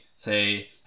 say